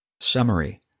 Summary